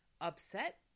upset